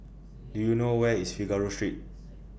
Do YOU know Where IS Figaro Street